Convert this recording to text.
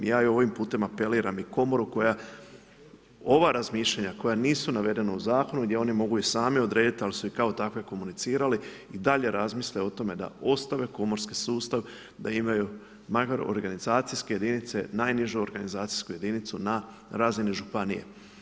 Ja i ovim putem apeliram i komoru koja ova razmišljanja koja nisu navedena u Zakonu, gdje oni mogu i sami odrediti al su ih kao takve komunicirali i dalje razmisle o tome da ostave komorski sustav, da imaju makar organizacijske jedinice najnižu organizacijsku jedinicu na razini županije.